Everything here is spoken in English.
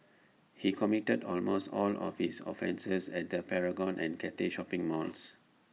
he committed almost all of his offences at the Paragon and Cathay shopping malls